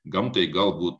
gamtai galbūt